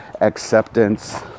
acceptance